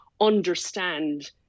understand